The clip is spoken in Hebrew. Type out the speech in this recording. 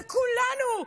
לכולנו.